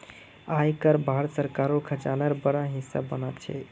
आय कर भारत सरकारेर खजानार बड़ा हिस्सा बना छे